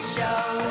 Show